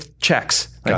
checks